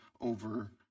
over